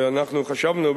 ואנחנו חשבנו,